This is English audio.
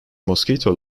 mosquito